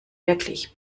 wirklich